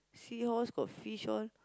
seahorse got fish all